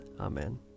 Amen